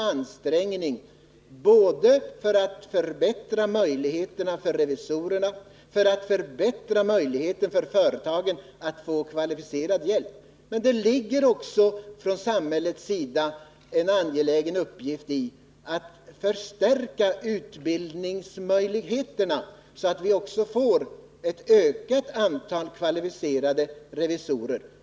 Det är en gemensam uppgift att både förbättra möjligheterna för revisorerna och förbättra möjligheterna för företagen att få kvalificerad hjälp. Det är också för samhället en angelägen uppgift att förstärka utbildningsmöjligheterna, så att vi också får ett ökat antal kvalificerade revisorer.